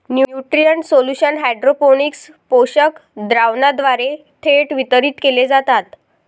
nutrient solution hydroponics पोषक द्रावणाद्वारे थेट वितरित केले जातात